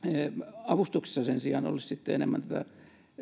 avustuksissa sen sijaan olisi enemmän tätä